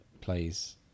plays